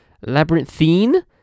labyrinthine